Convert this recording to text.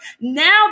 Now